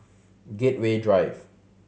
Gateway Drive